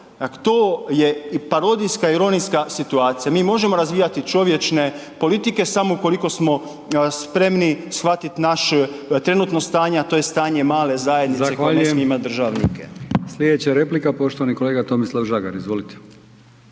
To je parodijska-ironijska situacija. Mi možemo razvijati čovječne politike samo ukoliko smo spremni shvatiti naše trenutno stanje, a to je stanje male zajednice … /Govornik se ne razumije, zbog najave potpredsjednika./ … državnike.